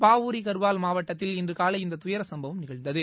பாவூரி கர்வால் மாவட்டத்தில் இன்றுகாலை இந்த துயர சம்பவம் நிகழ்ந்தது